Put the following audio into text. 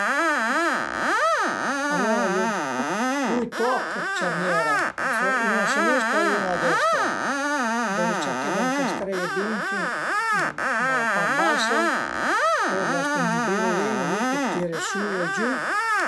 Alura a ie dui toch dë cerniera, d'solit ün a sinistra e ün a destra, deve cerché d'ëncastreie bin fin da la part basa, pöi l'astu ën birulin li che tire sü e giü